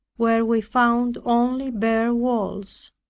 where we found only bare walls.